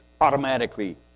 automatically